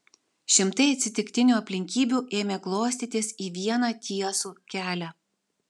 šimtai atsitiktinių aplinkybių ėmė klostytis į vieną tiesų kelią